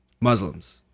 Muslims